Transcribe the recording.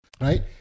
right